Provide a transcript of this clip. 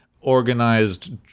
organized